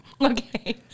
okay